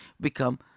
become